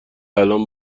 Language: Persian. الان